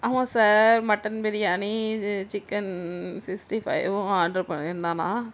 ஆமாம் sir mutton biryani இது chicken sixty ஃபைவும் ஆடரு பண்ணியிருந்தானா